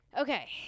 Okay